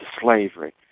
slavery